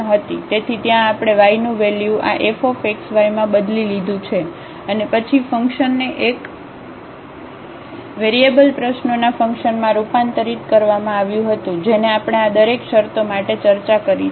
તેથી ત્યાં આપણે yનું વેલ્યુ આ fxyમાં બદલી લીધું છે અને પછી ફંક્શનને એક વેરીએબલ પ્રશ્નોના ફંક્શનમાં રૂપાંતરિત કરવામાં આવ્યું હતું જેને આપણે આ દરેક શરતો માટે ચર્ચા કરી છે